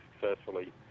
successfully